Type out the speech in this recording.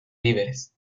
víveres